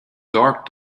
dark